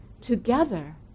together